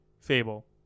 Fable